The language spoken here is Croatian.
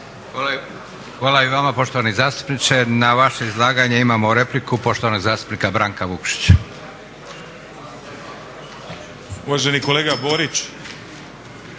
Hvala i vama poštovani zastupniče. Na vaše izlaganje imamo repliku poštovanog zastupnika Branka Vukšića. **Vukšić,